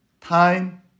time